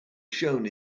shown